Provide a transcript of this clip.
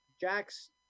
Jack's